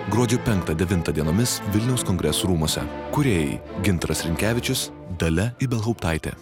gruodžio penktą devintą dienomis vilniaus kongresų rūmuose kūrėjai gintaras rinkevičius dalia ibelhauptaitė